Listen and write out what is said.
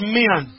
men